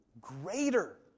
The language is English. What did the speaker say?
greater